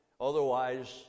Otherwise